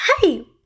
hey